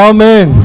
Amen